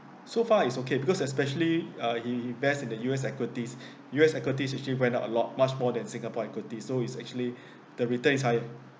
so far it's okay because especially uh in~ invest in the U_S equities U_S equities actually goes up a lot much more than singapore equities so it's actually the return is higher